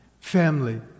family